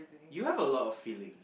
you have a lot of feeling